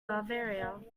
bavaria